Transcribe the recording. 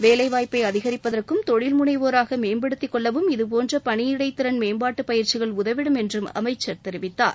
வேலை வாய்ப்பை அதிகரிப்பதற்கும் தொழில் முனைவோராக மேம்படுத்திக்கொள்ளவும் இதபோன்ற பணியிடை திறன் மேம்பாட்டு பயிற்சிகள் உதவிடும் என்று அமைச்சா் தெரிவித்தார்